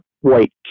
white